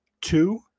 two